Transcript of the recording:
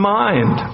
mind